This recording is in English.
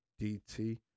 DT